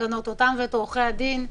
אותם ואת עורכי הדין.